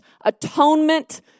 atonement